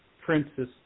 Princess